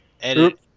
Edit